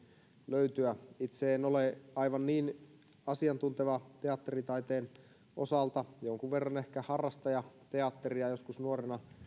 löytyä itse en ole aivan niin asiantunteva teatteritaiteen osalta jonkun verran ehkä harrastajateatteria joskus nuorena